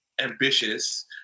ambitious